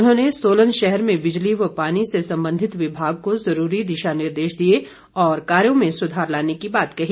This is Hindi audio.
उन्होंने सोलन शहर में बिजली व पानी से संबंधित विभाग को जरूरी दिशा निर्देश दिए और कार्यो में सुधार लाने की बात कही